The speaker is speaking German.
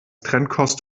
trennkost